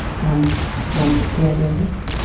i'm one of her caregivers.